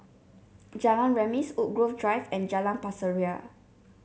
Jalan Remis Woodgrove Drive and Jalan Pasir Ria